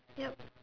yup